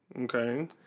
Okay